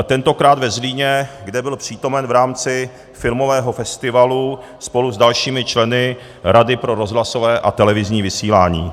Tentokrát ve Zlíně, kde byl přítomen v rámci filmového festivalu spolu s dalšími členy Rady pro rozhlasové a televizní vysílání.